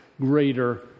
greater